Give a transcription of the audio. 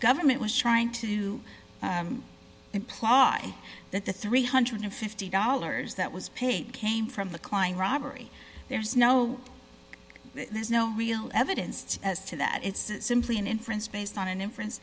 government was trying to imply that the three hundred and fifty dollars that was paid came from the klein robbery there's no there's no real evidence as to that it's simply an inference based on an inf